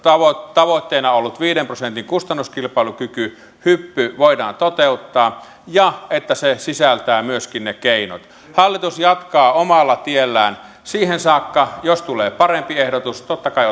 tavoitteena ollut viiden prosentin kustannuskilpailukykyhyppy voidaan toteuttaa ja joka sisältää myöskin ne keinot hallitus jatkaa omalla tiellään siihen saakka jos tulee parempi ehdotus totta kai